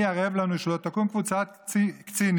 מי ערב לנו שלא תקום קבוצת קצינים